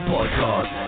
Podcast